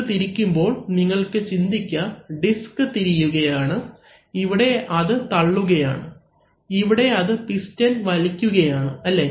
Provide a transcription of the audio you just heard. ഇത് തിരിക്കുമ്പോൾ നിങ്ങൾക്ക് ചിന്തിക്കാം ഡിസ്ക് തിരിയുകയാണ് ഇവിടെ അത് തള്ളുകയാണ് ഇവിടെ അത് പിസ്റ്റൺ വലിക്കുകയാണ് അല്ലേ